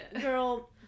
girl